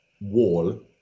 wall